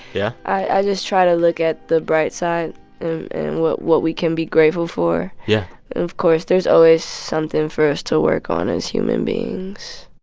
yeah? i just try to look at the bright side and what what we can be grateful for yeah of course, there's always something for us to work on as human beings